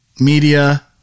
media